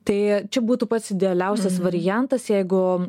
tai čia būtų pats idealiausias variantas jeigu